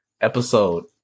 episode